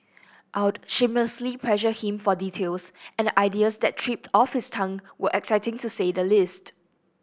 I'll shamelessly pressed him for details and the ideas that tripped off his tongue were exciting to say the least